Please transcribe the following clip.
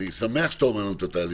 אני שמח שאתה אומר לנו את התהליך,